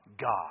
God